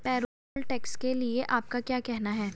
Payroll tax के लिए आपका क्या कहना है?